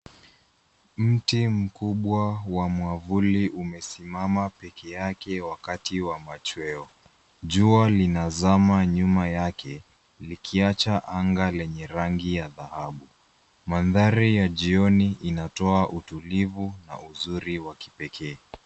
Mti mkubwa wa mwavuli umesimama peke yake wakati wa machweo jua linazama nyuma yake likiacha anga lenye rangi ya dhahabu mandhari ya jioni inatoa utulivu na uzuri wa kipekee.